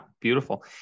Beautiful